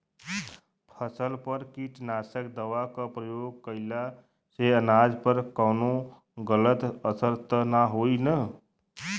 फसल पर कीटनाशक दवा क प्रयोग कइला से अनाज पर कवनो गलत असर त ना होई न?